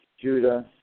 Judah